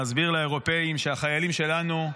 להסביר לאירופאים שהחיילים שלנו,